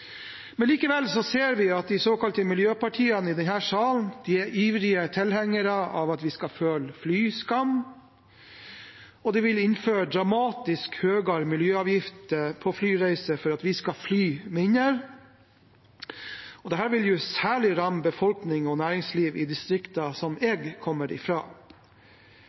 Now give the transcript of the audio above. men vi er så heldige at det går i retning av at vi om få år har utslippsfri transport i Norge. Den teknologiske utviklingen går utrolig fort, folkens. Likevel ser vi at de såkalte miljøpartiene i denne salen er ivrige tilhengere av at vi skal føle flyskam, og de vil innføre dramatisk høyere miljøavgifter på flyreiser for at vi skal fly mindre. Dette vil